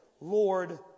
Lord